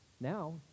Now